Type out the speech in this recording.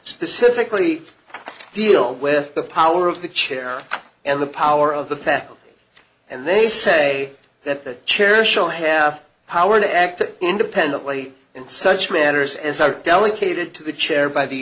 specifically deal with the power of the chair and the power of the faculty and they say that chair shall have power to act independently in such manners as are delegated to the chair by the